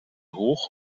hoch